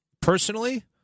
Personally